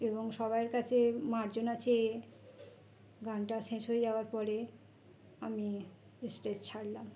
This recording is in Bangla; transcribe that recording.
এবং সবাইয়ের কাছে মার্জনা চেয়ে গানটা শেষ হয়ে যাওয়ার পরে আমি স্টেজ ছাড়লাম